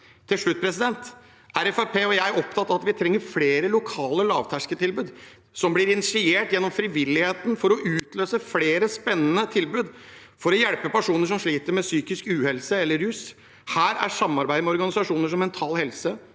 Til slutt: Fremskrittspartiet og jeg er opptatt av at vi trenger flere lokale lavterskeltilbud som blir initiert gjennom frivilligheten, for å utløse flere spennende tilbud for å hjelpe personer som sliter med psykisk uhelse og/eller rus. Her er samarbeidet med organisasjoner som Mental Helse,